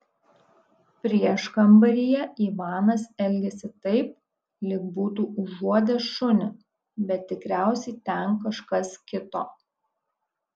prieškambaryje ivanas elgėsi taip lyg būtų užuodęs šunį bet tikriausiai ten kažkas kito